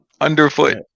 underfoot